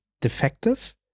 defective